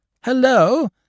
Hello